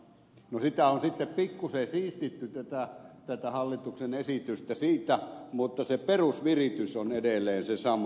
no tätä hallituksen esitystä on sitten pikkuisen siistitty siitä mutta se perusviritys on edelleen se sama